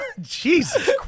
Jesus